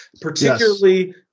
particularly